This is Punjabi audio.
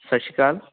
ਸਤਿ ਸ਼੍ਰੀ ਅਕਾਲ